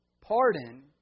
pardon